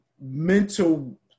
mental